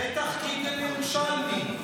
בטח קיגל ירושלמי.